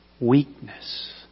weakness